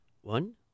One